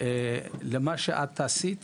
מה שאת עשית